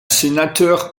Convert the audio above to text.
sénateur